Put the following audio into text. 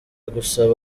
gusaba